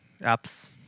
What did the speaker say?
Apps